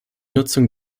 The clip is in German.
nutzung